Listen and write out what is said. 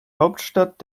hauptstadt